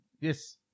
Yes